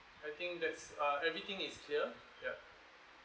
I think that's uh everything is clear yup